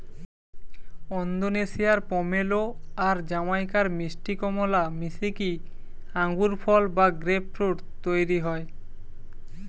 ওন্দোনেশিয়ার pomelo আর জামাইকার মিষ্টি কমলা মিশিকি আঙ্গুরফল বা গ্রেপফ্রূট তইরি হয়